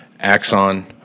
Axon